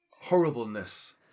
horribleness